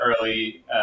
early